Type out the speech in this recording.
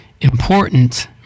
important